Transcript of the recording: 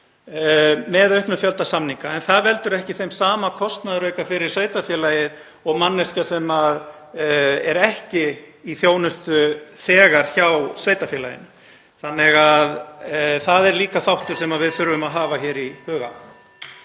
með auknum fjölda samninga en það veldur ekki þeim sama kostnaðarauka fyrir sveitarfélagið og manneskja sem er ekki í þjónustu þegar hjá sveitarfélaginu. Því er það líka þáttur sem við þurfum að hafa í huga.